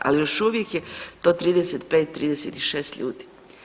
Ali još uvijek je to 35, 36 ljudi.